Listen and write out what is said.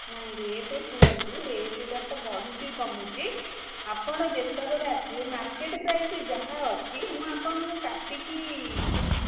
ନାହିଁ ରେଟ୍ ଶୁଣନ୍ତୁ ରେଟ୍ଟା ତ ବଢ଼ୁଛି କମୁଛି ଆପଣ ଯେତେବେଳେ ଆସିବେ ମାର୍କେଟ ପ୍ରାଇସ୍ ଯାହା ଅଛି ମୁଁ ଆପଣଙ୍କୁ କାଟିକି ଦେବି